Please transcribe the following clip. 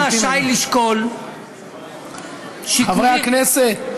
רשאי לשקול שיקולים, חברי הכנסת